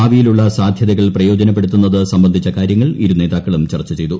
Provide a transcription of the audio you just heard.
ഭാവിയിലുള്ള സാധൃതകൾ പ്രയോജനപ്പെടുത്തുന്നത് സംബന്ധിച്ച കാര്യങ്ങൾ ഇരു നേതാക്കളും ചർച്ച ചെയ്തു